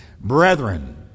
Brethren